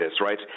right